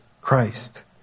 Christ